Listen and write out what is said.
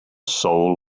soul